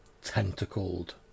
tentacled